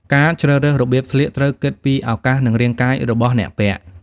ការជ្រើសរើសរបៀបស្លៀកត្រូវគិតពីឱកាសនិងរាងកាយរបស់អ្នកពាក់។